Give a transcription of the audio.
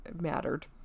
mattered